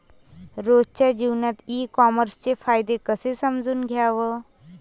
रोजच्या जीवनात ई कामर्सचे फायदे कसे समजून घ्याव?